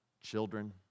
children